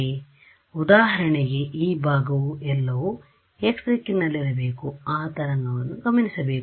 ಆದ್ದರಿಂದ ಉದಾಹರಣೆಗೆ ಈ ಭಾಗವು ಎಲ್ಲವು x ದಿಕ್ಕಿನಲ್ಲಿರಬೇಕು ಆ ತರಂಗವನ್ನು ಗಮನಿಸಬೇಕು